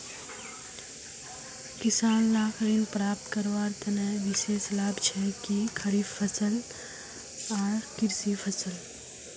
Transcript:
किसान लाक ऋण प्राप्त करवार तने कोई विशेष लाभ छे कि?